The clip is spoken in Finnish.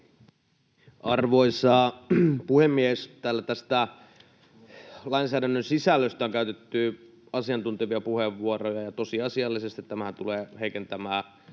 Arvoisa puhemies! Täällä tästä lainsäädännön sisällöstä on käytetty asiantuntevia puheenvuoroja. Tosiasiallisesti tämä tulee heikentämään